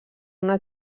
una